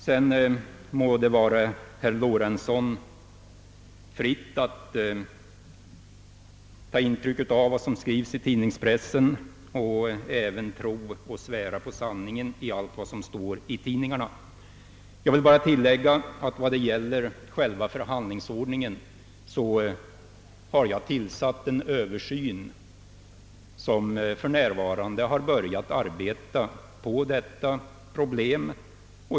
Sedan må det stå herr Lorentzon fritt att ta intryck av vad som skrivs i tid ningspressen och svära på alla uppgifter därifrån. Vad beträffar själva förhandlingsordningen har jag tillsatt en översyn av detta problem.